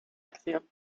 acción